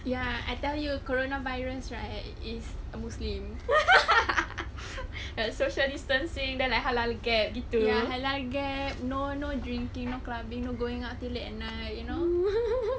ya I tell you corona virus right is a muslim like social distancing then like halal gap to get no no drinking no clubbing no going out till late at night you know